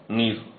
மாணவர் நீர்